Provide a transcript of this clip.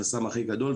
בחסם הכי גדול,